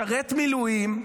משרת מילואים,